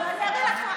ואני אראה לך.